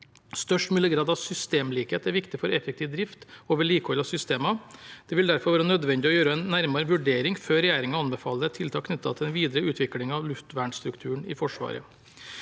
Størst mulig grad av systemlikhet er viktig for effektiv drift og vedlikehold av systemer. Det vil derfor være nødvendig å gjøre en nærmere vurdering før regjeringen anbefaler tiltak knyttet til den videre utviklingen av luftvernstrukturen i Forsvaret.